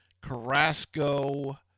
Carrasco